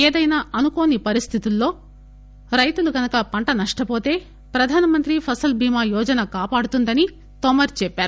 ఏదైనా అనుకోని పరిస్దితుల్లో రైతులు గనుక పంట నష్టవోతే ప్రధానమంత్రి ఫసల్ బీమా యోజన కాపాడుతుందని తోమర్ చెప్పారు